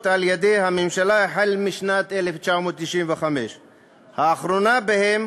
על-ידי הממשלה החל משנת 1995. האחרונה בהן